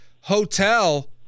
hotel